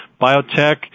biotech